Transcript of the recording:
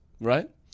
right